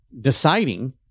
deciding